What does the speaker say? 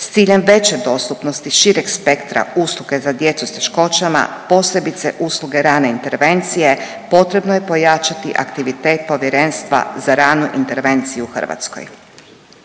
S ciljem veće dostupnosti i šireg spektra usluge za djecu s teškoćama, posebice usluge rane intervencije potrebno je pojačati aktivitet povjerenstva za ranu intervenciju u Hrvatskoj.